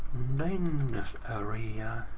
ninth area.